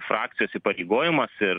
frakcijos įpareigojimas ir